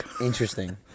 Interesting